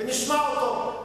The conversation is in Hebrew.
ונשמע אותו.